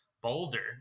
Boulder